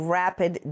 rapid